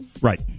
right